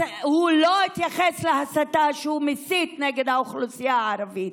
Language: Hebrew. הוא לא התייחס להסתה שהוא מסית נגד האוכלוסייה הערבית.